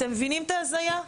אתם מבינים את ההזיה?